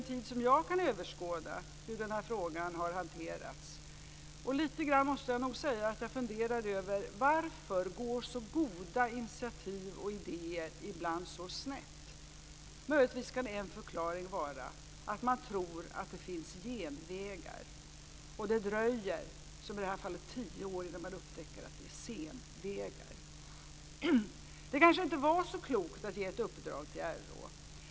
För mig räcker det med hur den här frågan har hanterats under den tid som jag kan överskåda. Jag funderar också över varför så goda initiativ och idéer ibland går så snett. Möjligtvis kan en förklaring vara att man tror att det finns genvägar, och det dröjer, i det här fallet tio år, innan man upptäcker att det handlar om senvägar. Det kanske inte var så klokt att ge ett uppdrag till RÅ.